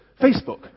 Facebook